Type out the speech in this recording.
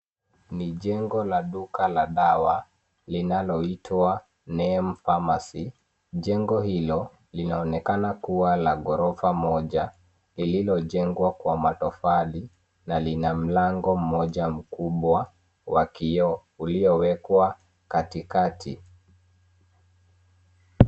Ni jengo la duka la dawa linaloitwa name pharmacy . Jengo hilo linaonekana kuwa la ghorofa moja lililojengwa kwa matofali na lina mlango mmoja mkubwa wa kioo uliowekwa katikati.